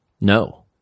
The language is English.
No